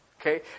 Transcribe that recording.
Okay